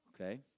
Okay